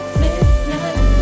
midnight